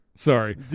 Sorry